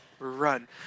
Run